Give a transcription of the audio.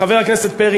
חבר הכנסת פרי,